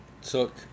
took